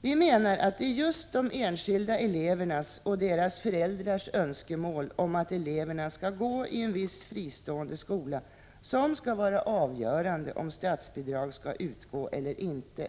Vi menar att det är just de enskilda elevernas och deras föräldrars önskemål om att eleverna skall gå i en viss fristående skola som skall vara avgörande för om statsbidrag skall utgå eller inte.